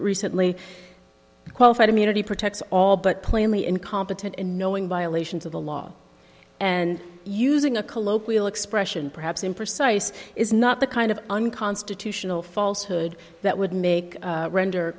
recently qualified immunity protects all but plainly incompetent and knowing violations of the law and using a colloquial expression perhaps imprecise is not the kind of unconstitutional falsehood that would make render